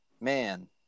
man